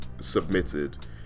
submitted